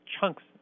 chunks